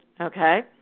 Okay